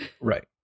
right